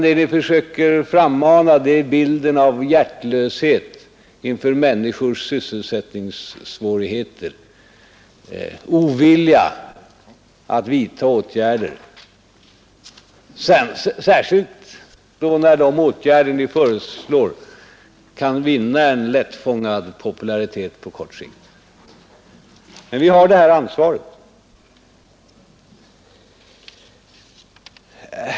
Det ni försöker frammana är bilden av hjärtlöshet inför människors sysselsättningssvårigheter och av ovilja att vidta åtgärder, särskilt när de åtgärder som ni föreslår kan vinna en lättfångad popularitet på kort sikt. Men vi har detta ansvar.